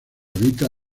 habita